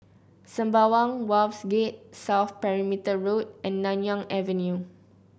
Sembawang Wharves Gate South Perimeter Road and Nanyang Avenue